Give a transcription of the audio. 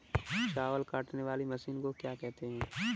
चावल काटने वाली मशीन को क्या कहते हैं?